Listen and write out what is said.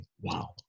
Wow